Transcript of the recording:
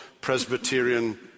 Presbyterian